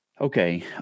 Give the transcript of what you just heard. Okay